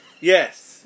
Yes